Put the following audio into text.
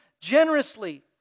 generously